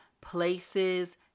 places